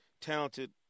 talented